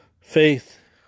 faith